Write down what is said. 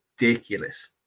ridiculous